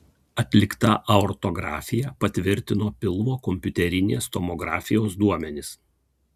atlikta aortografija patvirtino pilvo kompiuterinės tomografijos duomenis